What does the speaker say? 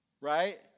Right